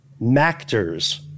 Mactors